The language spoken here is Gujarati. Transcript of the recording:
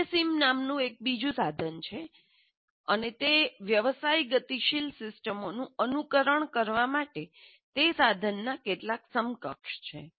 વેનેસિમ નામનું બીજું એક સાધન છે અથવા તે વ્યવસાય ગતિશીલ સિસ્ટમોનું અનુકરણ કરવા માટે તે સાધનનાં કેટલાક સમકક્ષ છે